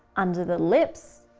under the lips,